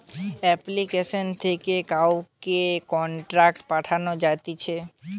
application থেকে কাউকে contact পাঠানো যাতিছে